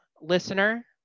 listener